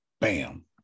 Bam